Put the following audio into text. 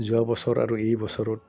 যোৱা বছৰ আৰু এই বছৰত